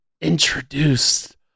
introduced